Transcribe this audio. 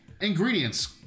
Ingredients